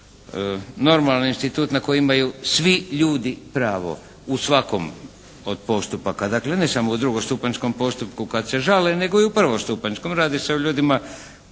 uveo kao normalni institut na koji imaju svi ljudi pravo, u svakom od postupaka. Dakle ne samo u drugostupanjskom postupku kad se žale nego i u prvostupanjskom. Radi se o ljudima